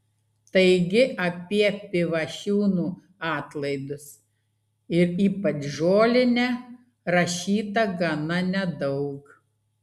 taigi apie pivašiūnų atlaidus ir ypač žolinę rašyta gana nedaug